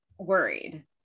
worried